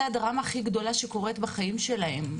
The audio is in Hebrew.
זו הדרמה הכי גדולה שקורית בחיים שלהם.